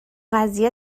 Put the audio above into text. قضیه